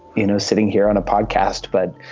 you know, sitting here on a podcast. but,